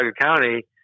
County